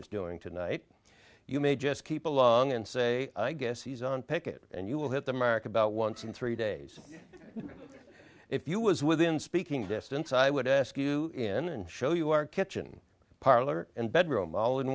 is doing tonight you may just keep a long and say i guess he's on picket and you will hit the mark about once in three days if you was within speaking distance i would ask you in and show you our kitchen parlor and bedroom all in